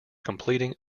completing